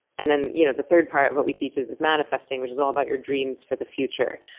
and then you know the third part of what we teach is this manifesting, which is all about your dreams for the future.